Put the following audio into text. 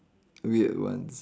weird ones